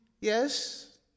Yes